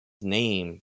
name